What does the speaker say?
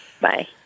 Bye